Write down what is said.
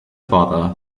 father